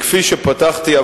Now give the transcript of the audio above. כפי שפתחתי,